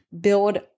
build